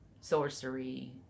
sorcery